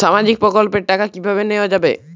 সামাজিক প্রকল্পের টাকা কিভাবে নেওয়া যাবে?